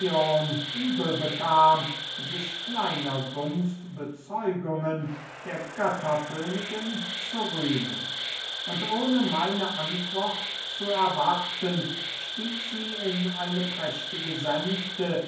übel bekam sich kleiner gunstbezeugungen der götterkönigin zu rühmen und ohne meine antwort zu erwarten stieg sie in eine prächtige sänfte